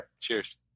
Cheers